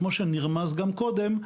כמו שנרמז קודם,